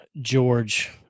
George